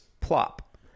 plop